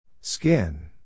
Skin